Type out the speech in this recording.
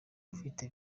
ufite